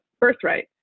birthright